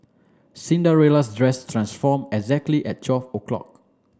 Cinderella's dress transformed exactly at twelve o'clock